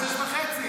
אתה עושה לי חרטוטים?